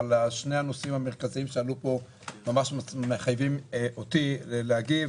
אבל שני הנושאים המרכזיים שעלו פה ממש מחייבים אותי להגיב.